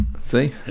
See